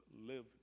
live